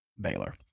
Baylor